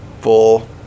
full